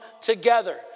together